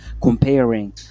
comparing